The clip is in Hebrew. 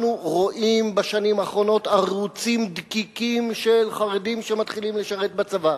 אנחנו רואים בשנים האחרונות ערוצים דקיקים של חרדים שמתחילים לשרת בצבא,